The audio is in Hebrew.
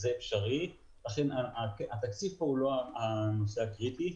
זה אפשרי ולכן התקציב כאן הוא לא הנושא הקריטי.